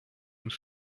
und